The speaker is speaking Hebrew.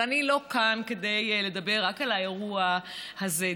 אבל אני לא כאן כדי לדבר רק על האירוע הזה.